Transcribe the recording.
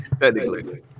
Technically